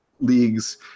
leagues –